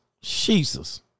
Jesus